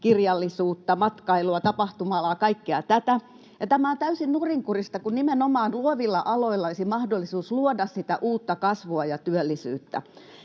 kirjallisuutta, matkailua, tapahtuma-alaa, kaikkea tätä. Tämä on täysin nurinkurista, kun nimenomaan luovilla aloilla olisi mahdollisuus luoda sitä uutta kasvua ja työllisyyttä.